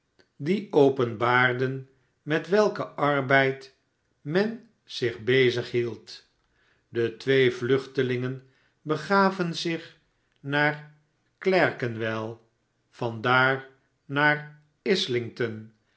die openbaarden met welken arbeid men zich bezig hield de twee vluchtelingen begaven zich naar clerkenwell van daar naar